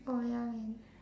oh ya leh